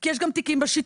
כי יש גם תיקים בשיטור,